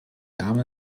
damen